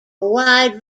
wide